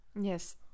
Yes